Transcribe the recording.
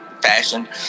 fashion